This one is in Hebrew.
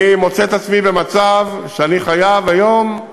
אני מוצא את עצמי במצב שאני חייב היום,